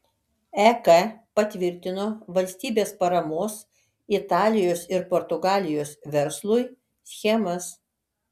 ek patvirtino valstybės paramos italijos ir portugalijos verslui schemas